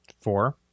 Four